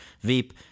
Veep